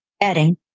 adding